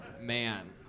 Man